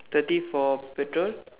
thirty for petrol